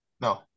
No